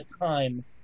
time